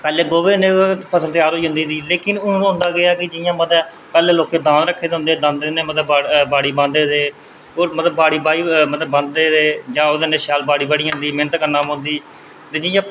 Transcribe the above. पैह्लें गोहे कन्नै फसल त्यार होई जंदी ही लेकिन हून होंदा केह् ऐ की जियां पैह्लें लोकें दांद रक्खे दे होंदे हे ते दांदे कन्नै बाड़ी बांह्दे हे ते होर बाड़ी बाहंदे हे जां ओह्दे कन्नै शैल बाड़ी बाही जंदी ही ते मैह्नत करदे हे ते जियां